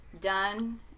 done